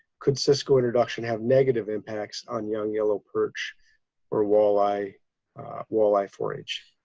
could cisco introduction have negative impacts on young yellow perch or walleye walleye forage?